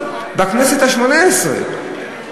בכנסת השמונה-עשרה,